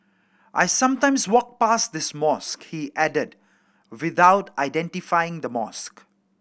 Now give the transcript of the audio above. I sometimes walk past this mosque he added without identifying the mosque